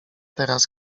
teraz